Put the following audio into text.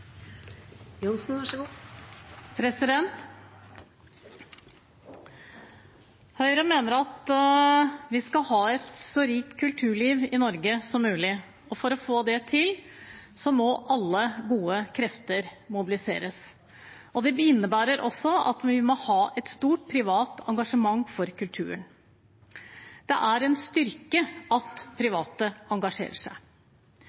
ha et så rikt kulturliv som mulig i Norge, og for å få det til må alle gode krefter mobiliseres. Det innebærer også at vi må ha et stort privat engasjement for kulturen. Det er en styrke at private engasjerer seg.